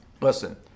Listen